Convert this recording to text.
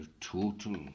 total